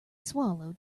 swallow